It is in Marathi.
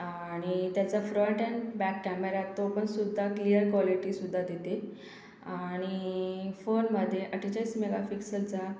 आणि त्याचा फ्रंट ॲन बॅक कॅमेरा तो पण सुद्धा क्लिअर क्वालिटीसुद्धा देते आणि फोनमध्ये अठ्ठेचाळीस मेगापिक्सलचा